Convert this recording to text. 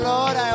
Lord